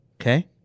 Okay